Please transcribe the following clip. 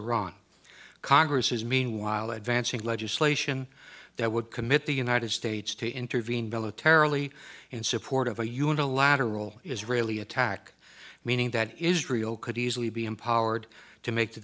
iran congress is meanwhile advancing legislation that would commit the united states to intervene militarily in support of a unilateral israeli attack meaning that israel could easily be empowered to make the